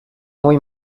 muy